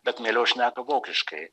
bet mieliau šneka vokiškai